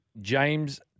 James